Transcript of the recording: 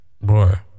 Boy